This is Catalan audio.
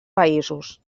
països